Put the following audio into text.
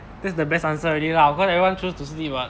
that's the best answer already lah of course everyone choose to sleep [what]